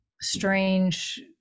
strange